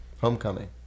Homecoming